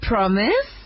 Promise